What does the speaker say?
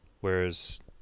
whereas